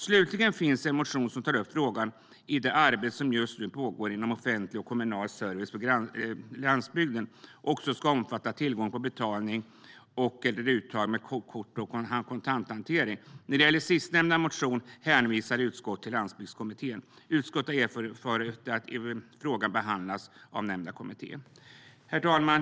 Slutligen finns en motion som tar upp en fråga i det arbete som just nu pågår om offentlig och kommunal service på landsbygden. Ska detta omfatta också tillgång till betalning och/eller uttag med kort och kontanthantering? När det gäller den sistnämnda motionen hänvisar utskottet till landsbygdskommittén. Utskottet har erfarit att frågan behandlas av nämnda kommitté. Herr talman!